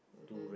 mmhmm